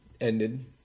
Ended